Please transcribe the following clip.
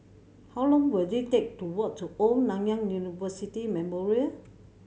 how long will it take to walk to Old Nanyang University Memorial